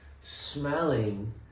smelling